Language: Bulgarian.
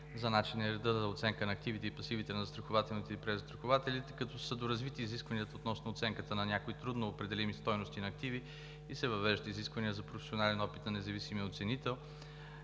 за начина и реда за оценка на активите и пасивите на застрахователите и презастрахователите, като са доразвити изискванията относно оценката на някои трудноопределими стойности на активи и се въвеждат изисквания за професионален опит на независимия оценител